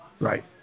Right